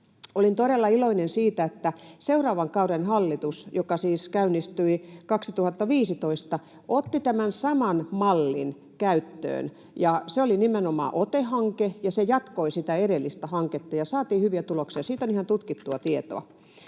Olin todella iloinen siitä, että seuraavan kauden hallitus, joka siis käynnistyi 2015, otti tämän saman mallin käyttöön. Se oli nimenomaan OTE-hanke, ja se jatkoi sitä edellistä hanketta, ja saatiin hyviä tuloksia — siitä on ihan tutkittua tietoa.